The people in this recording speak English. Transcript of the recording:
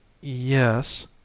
Yes